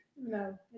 No